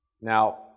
Now